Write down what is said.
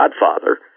godfather